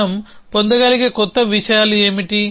మనం పొందగలిగే కొత్త విషయాలు ఏమిటి